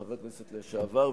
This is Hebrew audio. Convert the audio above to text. חבר הכנסת לשעבר,